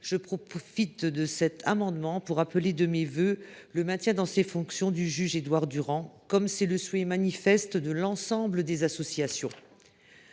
je profite de cet amendement pour appeler de mes vœux le maintien dans ses fonctions du juge Durand, ce qui est le souhait manifeste de l’ensemble des associations.